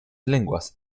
lenguas